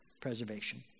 preservation